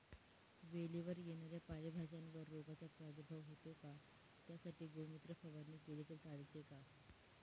वेलीवर येणाऱ्या पालेभाज्यांवर रोगाचा प्रादुर्भाव होतो का? त्यासाठी गोमूत्र फवारणी केली तर चालते का?